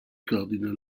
cardinal